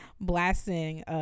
Blasting